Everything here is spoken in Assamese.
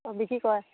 অঁ বিক্ৰী কৰে